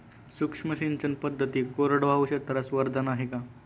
सूक्ष्म सिंचन पद्धती कोरडवाहू क्षेत्रास वरदान आहे का?